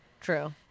True